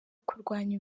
kurwanya